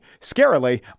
scarily